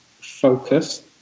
focus